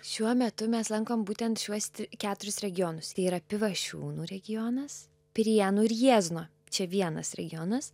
šiuo metu mes lankom būtent šiuos keturis regionus tai yra pivašiūnų regionas prienų ir jiezno čia vienas regionas